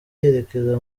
yerekeza